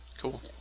Cool